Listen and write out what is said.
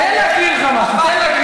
תן להגיד לך משהו.